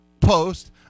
post